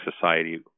society